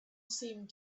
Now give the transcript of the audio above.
seemed